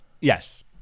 Yes